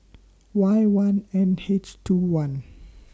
Y one N H two one